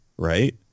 Right